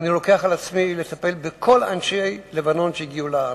אני לוקח על עצמי לטפל בכל אנשי לבנון שהגיעו לארץ.